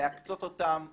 נמשיך להקצות אותם למרכזים.